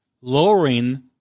lowering